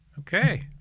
Okay